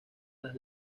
las